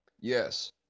Yes